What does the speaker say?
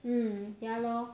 mm ya lor